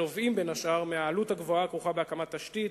הנובעים בין השאר מהעלות הגבוהה הכרוכה בהקמת תשתית,